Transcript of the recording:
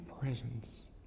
presence